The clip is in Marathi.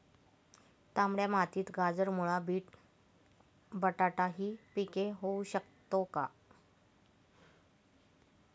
तांबड्या मातीत गाजर, मुळा, बटाटा हि पिके घेऊ शकतो का?